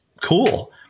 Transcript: cool